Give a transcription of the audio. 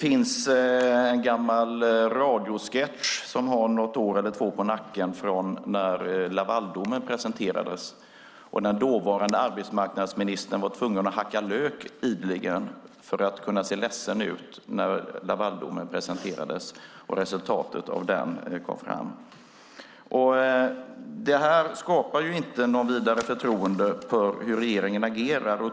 I en radiosketch från tiden för Lavaldomen tvingades dåvarande arbetsmarknadsministern ideligen hacka lök för att se ledsen ut över domen. Det här skapar inget vidare förtroende för hur regeringen agerar.